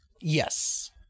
Yes